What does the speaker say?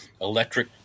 electric